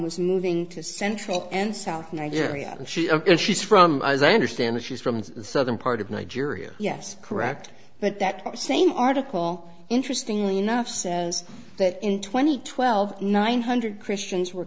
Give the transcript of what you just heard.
was moving to central and south nigeria and she's ok she's from as i understand she's from the southern part of nigeria yes correct but that same article interesting enough says that in twenty twelve nine hundred christians were